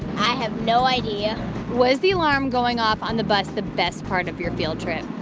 i have no idea was the alarm going off on the bus the best part of your field trip?